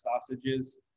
sausages